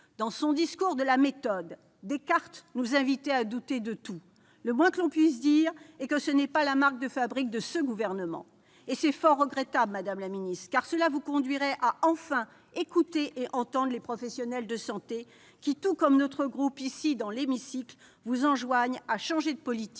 Dans son, Descartes nous invitait à douter de tout. Le moins que l'on puisse dire est que ce n'est pas la marque de fabrique de ce gouvernement. C'est fort regrettable, madame la ministre, car cela vous conduirait enfin à écouter et à entendre les professionnels de santé qui, tout comme notre groupe, ici, dans l'hémicycle, vous enjoignent à changer de politique